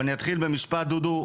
אבל אני אתחיל במשפט דודו,